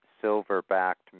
silver-backed